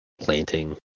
planting